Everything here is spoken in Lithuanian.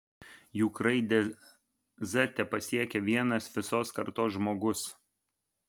juk raidę z tepasiekia vienas visos kartos žmogus